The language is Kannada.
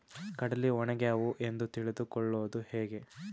ಕಡಲಿ ಒಣಗ್ಯಾವು ಎಂದು ತಿಳಿದು ಕೊಳ್ಳೋದು ಹೇಗೆ?